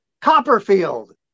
Copperfield